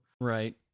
Right